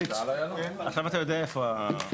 התשובה היא שבעצם נדרש היוון של שני